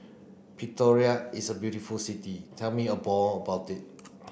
Pretoria is a beautiful city tell me about it